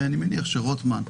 ואני מניח שרוטמן,